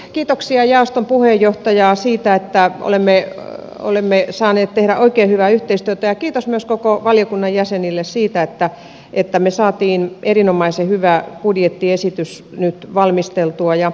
kiitoksia jaoston puheenjohtajalle siitä että olemme saaneet tehdä oikein hyvää yhteistyötä ja kiitos myös koko valiokunnan jäsenille siitä että me saimme erinomaisen hyvän budjettiesityksen nyt valmisteltua